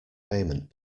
payment